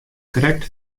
krekt